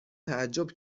تعجب